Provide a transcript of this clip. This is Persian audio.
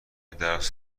درس